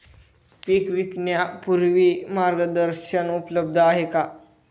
पीक विकण्यापूर्वी मार्गदर्शन उपलब्ध आहे का?